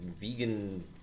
vegan